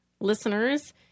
listeners